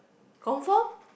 confirm